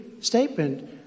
statement